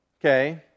Okay